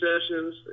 sessions